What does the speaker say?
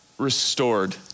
Restored